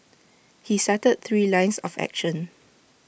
he cited three lines of action